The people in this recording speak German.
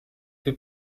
für